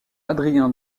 adrien